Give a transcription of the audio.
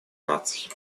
наций